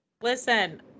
Listen